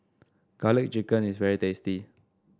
garlic chicken is very tasty